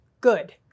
good